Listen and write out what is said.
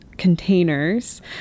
Containers